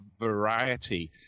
variety